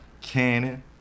Cannon